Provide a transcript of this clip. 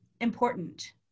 important